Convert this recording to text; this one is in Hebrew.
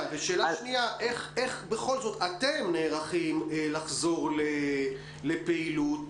שנייה: איך בכל זאת אתם נערכים לחזור לפעילות